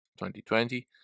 2020